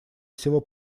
всего